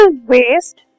waste